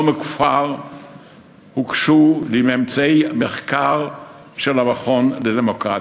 לא מכבר הוגשו לי ממצאי מחקר של המכון לדמוקרטיה,